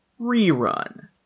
Rerun